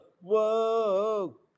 whoa